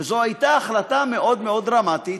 וזו הייתה החלטה מאוד מאוד דרמטית.